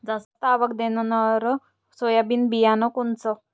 जास्त आवक देणनरं सोयाबीन बियानं कोनचं?